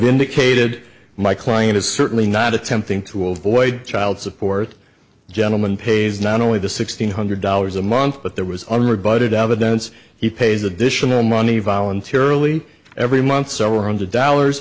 indicated my client is certainly not attempting to avoid child support gentleman pays not only the sixteen hundred dollars a month but there was under a budget of a dense he pays additional money voluntarily every month several hundred dollars